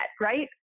right